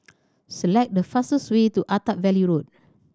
select the fastest way to Attap Valley Road